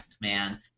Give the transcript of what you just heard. man